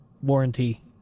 warranty